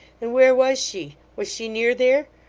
and where was she? was she near there?